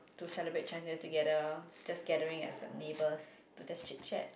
to celebrate Chinese New Year together just gathering as a neighbours to just chit-chat